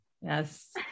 yes